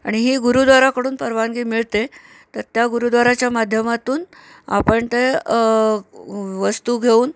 आणि ही गुरुद्वाराकडून परवानगी मिळते तर त्या गुरुद्वाराच्या माध्यमातून आपण ते वस्तू घेऊन